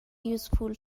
useful